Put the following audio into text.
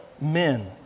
men